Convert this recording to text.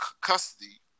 custody